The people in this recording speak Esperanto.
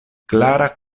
klara